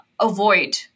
avoid